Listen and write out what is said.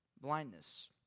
blindness